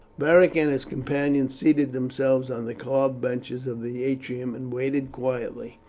beric and his companions seated themselves on the carved benches of the atrium and waited quietly.